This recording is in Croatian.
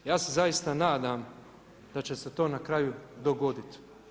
Ja se zaista nadam da će se to na kraju dogoditi.